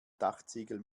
dachziegel